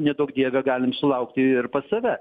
neduok dieve galim sulaukti ir pas save